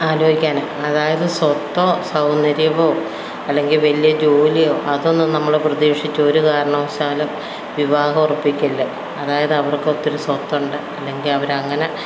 ആലോചിക്കാന് അതായത് സ്വത്തോ സൗകര്യമോ അല്ലെങ്കിൽ വലിയ ജോലിയോ അതൊന്നും നമ്മള് പ്രതീക്ഷിച്ച് ഒരു കാരണവശാലും വിവാഹം ഉറപ്പിക്കല്ല് അതായത് അവർക്ക് ഒത്തിരി സ്വത്തുണ്ട് അല്ലങ്കിൽ അവര് അങ്ങനെ